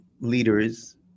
leaders